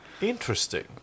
Interesting